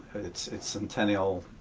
its its centennial